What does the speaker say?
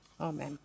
Amen